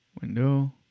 Window